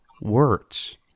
words